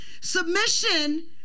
Submission